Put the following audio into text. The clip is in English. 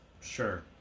Sure